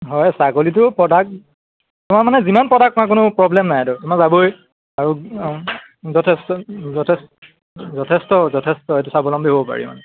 হয় ছাগলীটো প্ৰডাক্ট তোমাৰ মানে যিমান প্ৰডাক্ট হয় কোনো প্ৰব্লেম নাই সেইটো তোমাৰ যাবই আৰু যথেষ্ট যথেষ্ট যথেষ্ট এইটো স্বাৱলম্বী হ'ব পাৰি মানে